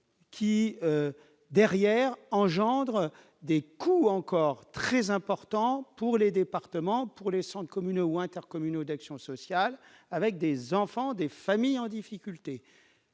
années, produisant des coûts très importants pour les départements, les centres communaux ou intercommunaux d'action sociale, avec des enfants, des familles en difficulté